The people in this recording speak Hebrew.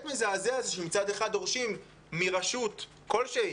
מזעזע הזה שמצד אחד דורשים מרשות כלשהי,